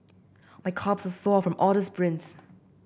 my calves are sore from all the sprints